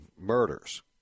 murders